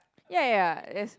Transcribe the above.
ya ya ya as